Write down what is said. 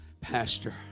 Pastor